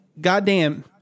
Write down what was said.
goddamn